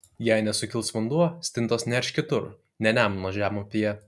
jei nesukils vanduo stintos nerš kitur ne nemuno žemupyje